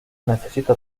necesita